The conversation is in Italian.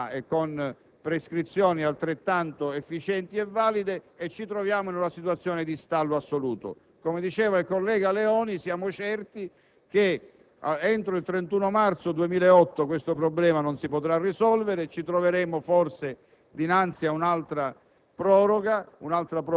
con modalità e prescrizioni altrettanto efficienti e valide, per cui ci troviamo in una situazione di stallo assoluto. Come ha detto il collega Leoni, siamo certi che entro il 31 marzo 2008 questo problema non si potrà risolvere. Forse ci troveremo dinanzi ad un'altra proposta